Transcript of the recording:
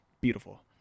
beautiful